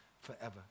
forever